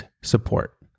support